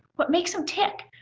what makes him tick,